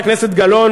חברת הכנסת גלאון,